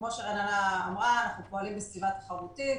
כמו שרננה אמרה, אנחנו פועלים בסביבה תחרותית.